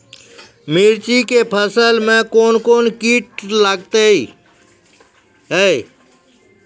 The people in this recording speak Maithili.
मिर्ची के फसल मे कौन कौन कीट लगते हैं?